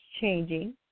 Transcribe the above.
changing